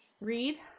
read